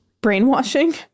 brainwashing